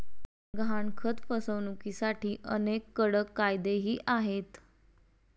गहाणखत फसवणुकीसाठी अनेक कडक कायदेही आहेत